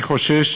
אני חושש